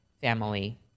family